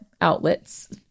outlets